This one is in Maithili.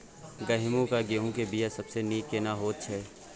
गहूम या गेहूं के बिया सबसे नीक केना होयत छै?